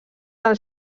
del